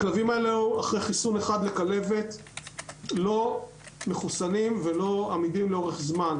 הכלבים האלו לאחר חיסון אחד לכלבת לא מחוסנים ולא עמידים לאורך זמן.